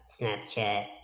Snapchat